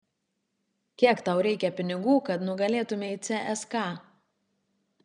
kiek tau reikia pinigų kad nugalėtumei cska